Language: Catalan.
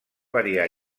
variar